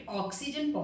oxygen